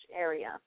area